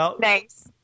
Nice